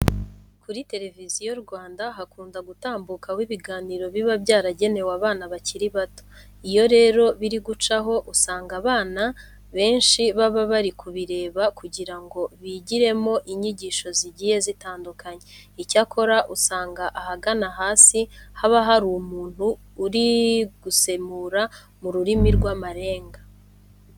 Kuri Televiziyo Rwanda hakunda gutambukaho ibiganiro biba byaragenewe abana bakiri bato. Iyo rero biri gucaho usanga abana benshi baba bari kubireba kugira ngo bigiremo inyigisho zigiye zitandukanye. Icyakora usanga ahagana hasi haba hari umuntu uri gusemura mu rurimi rw'amarenga.